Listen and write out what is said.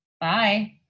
Bye